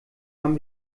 haben